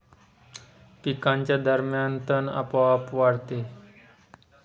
पिकांच्या दरम्यान तण आपोआप वाढते